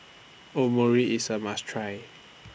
Omurice IS A must Try